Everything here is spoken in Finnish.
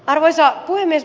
arvoisa puhemies